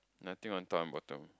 nothing on top important